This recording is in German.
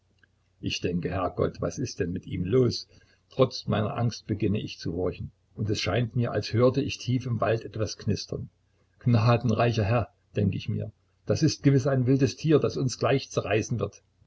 ich denke herrgott was ist denn mit ihm los trotz meiner angst beginne ich zu horchen und es scheint mir als höre ich tief im wald etwas knistern gnadenreicher herr denke ich mir das ist gewiß ein wildes tier das uns gleich zerreißen wird